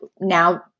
now